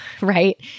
right